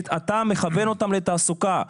אתה מכוון אותם לתעסוקה.